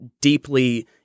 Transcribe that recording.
deeply